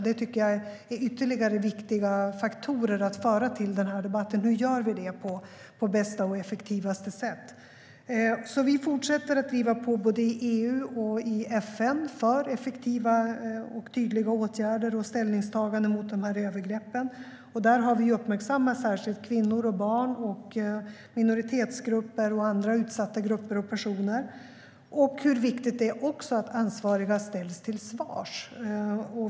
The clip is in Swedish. Det tycker jag är ytterligare viktiga faktorer att föra till den här debatten: Hur gör vi detta på bästa och effektivaste sätt? Vi fortsätter alltså att driva på både i EU och i FN för effektiva och tydliga åtgärder och ställningstaganden emot övergreppen. Där har vi särskilt uppmärksammat kvinnor och barn, minoritetsgrupper och andra utsatta grupper och personer och hur viktigt det också är att ansvariga ställs till svars.